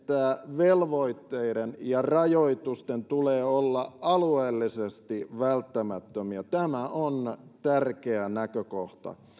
velvoitteiden ja rajoitusten tulee olla alueellisesti välttämättömiä tämä on tärkeä näkökohta